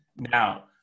now